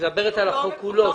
כמו שהגעתם אליו.